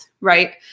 Right